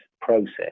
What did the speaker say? process